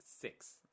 six